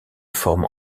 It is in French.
forme